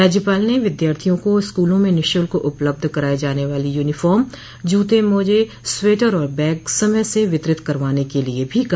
राज्यपाल ने विद्यार्थियों को स्कूलों में निःशुल्क उपलब्ध कराये जाने वाली यूनीफार्म जूते मोजे स्वेटर और बैग समय से वितरित करवाने के लिए भी कहा